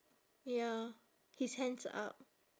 ya his hands are up